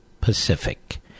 Pacific